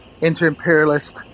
inter-imperialist